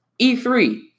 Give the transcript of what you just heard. E3